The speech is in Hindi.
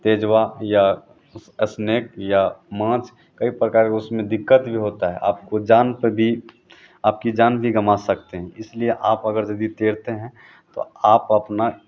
बेज़ुबान या अस्नेक या मांझ कई प्रकार की उसमें दिक़्क़त भी होती है अपको जान पर भी आपकी जान भी गवां सकते हैं इसलिए आप अगर यदि तैरते हैं तो आप अपना